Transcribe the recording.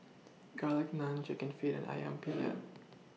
Garlic Naan Chicken Feet and Ayam Penyet